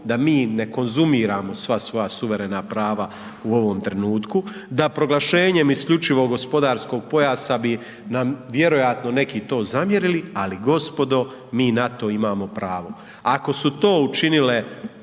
da mi ne konzumiramo sva svoja suverena prava u ovom trenutku, da proglašenje isključivog gospodarskog pojasa bi nam vjerojatno neki to i zamjerili, ali gospodo, mi na to imamo pravo. Ako su to učinile